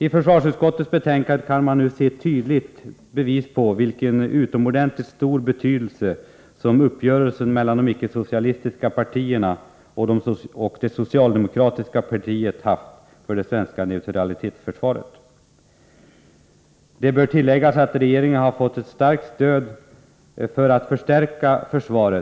I försvarsutskottets betänkande kan vi se tydliga bevis på vilken utomordentligt stor betydelse som uppgörelsen mellan de icke-socialistiska partierna och det socialdemokratiska partiet haft för det svenska neutralitetsförsvaret. Det bör tilläggas att regeringen har fått starkt stöd för att stärka försvaret.